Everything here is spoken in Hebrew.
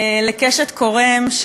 לקשת קורם,